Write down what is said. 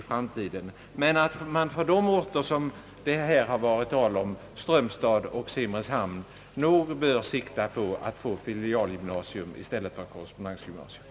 För de orter som det här varit tal om — Strömstad och Simrishamn — bör man sikta på att få filialgymnasium i stället för korrespondensundervisning.